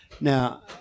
Now